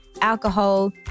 alcohol